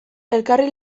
elkarri